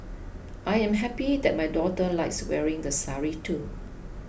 I am happy that my daughter likes wearing the sari too